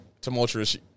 tumultuous